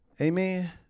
Amen